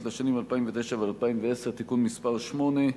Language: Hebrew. לשנים 2009 ו-2010) (תיקון מס' 8),